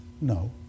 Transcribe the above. No